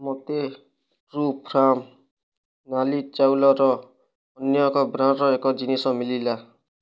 ମୋତେ ଟ୍ରୁଫାର୍ମ ନାଲି ଚାଉଳ ର ଅନ୍ୟ ଏକ ବ୍ରାଣ୍ଡ୍ର ଏକ ଜିନିଷ ମିଳିଲା